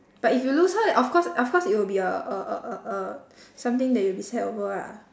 but if you lose her of course of course it will be a a a a a something that you will be sad over lah